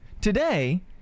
today